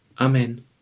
Amen